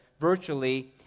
virtually